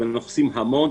ואנחנו עושים המון,